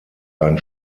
ein